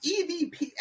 EVP